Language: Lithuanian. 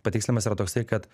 patikslinimas yra toksai kad